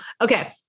Okay